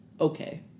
Okay